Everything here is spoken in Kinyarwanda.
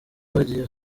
bagiye